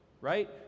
right